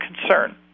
concern